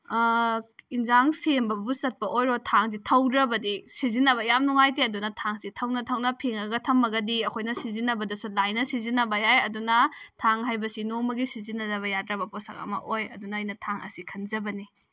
ꯑꯦꯟꯁꯥꯡ ꯁꯦꯝꯕꯕꯨ ꯆꯠꯄ ꯑꯣꯏꯔꯣ ꯊꯥꯡꯁꯦ ꯊꯧꯗ꯭ꯔꯕꯗꯤ ꯁꯤꯖꯤꯟꯅꯕ ꯌꯥꯝ ꯅꯨꯡꯉꯥꯏꯇꯦ ꯑꯗꯨꯅ ꯊꯥꯡꯁꯦ ꯊꯧꯅ ꯊꯧꯅ ꯐꯦꯡꯉꯒ ꯊꯝꯃꯒꯗꯤ ꯑꯩꯈꯣꯏꯅ ꯁꯤꯖꯤꯟꯅꯕꯗꯁꯨ ꯂꯥꯏꯅ ꯁꯤꯖꯤꯟꯅꯕ ꯌꯥꯏ ꯑꯗꯨꯅ ꯊꯥꯡ ꯍꯥꯏꯕꯁꯦ ꯅꯣꯡꯃꯒꯤ ꯁꯤꯖꯤꯟꯅꯗ꯭ꯔꯕ ꯌꯥꯗ꯭ꯔꯕ ꯄꯣꯠꯁꯛ ꯑꯃ ꯑꯣꯏ ꯑꯗꯨꯅ ꯊꯥꯡ ꯑꯁꯤ ꯈꯟꯖꯕꯅꯤ